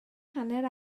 hanner